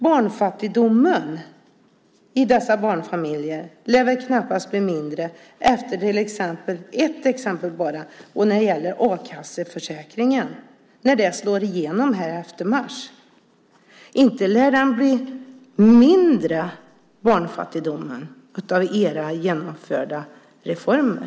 Barnfattigdomen i dessa barnfamiljer lär knappast bli mindre när försämringarna i a-kasseförsäkringen slår igenom efter mars, för att bara ta ett exempel. Barnfattigdomen lär inte bli mindre av era genomförda reformer.